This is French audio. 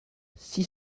six